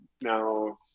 now